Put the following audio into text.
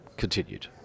continued